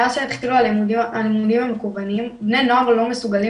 מאז שהתחילו הלימודים המקוונים בני הנוער לא מסוגלים